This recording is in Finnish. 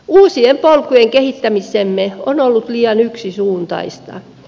uusien polkujen kehittämisemme on ollut liian yksisuuntaista